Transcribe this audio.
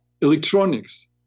electronics